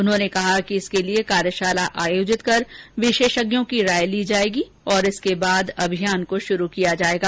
उन्होंने कहा कि इसके लिए कार्यशाला आयोजित कर विशेषज्ञों की राय ली जाएगी और उसके बाद अभियान को शुरू किया जाएगा